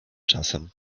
czasem